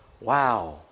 wow